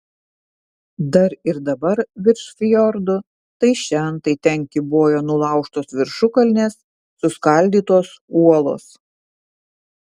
dar ir dabar virš fjordų tai šen tai ten kybojo nulaužtos viršukalnės suskaldytos uolos